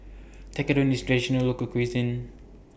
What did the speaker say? Tekkadon IS Traditional Local Cuisine